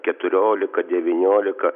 keturiolika devyniolika